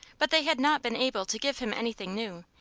but they had not been able to give him anything new,